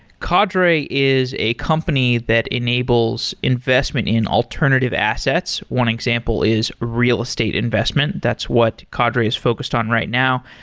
cadre is a company that enables investment in alternative assets, one example is real estate investment. that's what cadre is focused on right now,